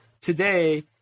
Today